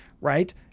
right